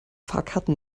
fahrkarten